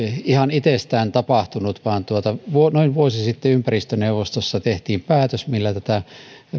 ihan itsestään tapahtunut vaan noin vuosi sitten ympäristöneuvostossa tehtiin päätös millä tätä